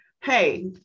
hey